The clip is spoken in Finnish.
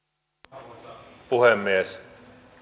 arvoisa puhemies